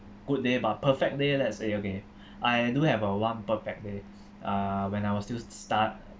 good day but perfect day let's say okay I do have uh one perfect day uh when I was still stud~